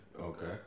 Okay